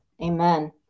Amen